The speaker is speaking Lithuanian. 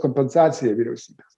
kompensacija vyriausybės